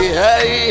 hey